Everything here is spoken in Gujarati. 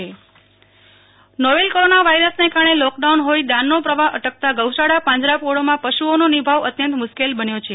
નેહ્લ ઠક્કર ક ચ્છ પશ્ સહાય નોવેલ કોરોના વાયરસને કારણે લોકડાઉન હોઈ દાનનો પ્રવાહ અટકતા ગૌશાળા પાંજરાપોળોમાં પશુઓના નિભાવ અત્યંત મુશ્કેલ બન્યો છે